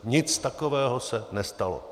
Nic takového se nestalo.